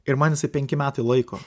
ir man jisai penki metai laiko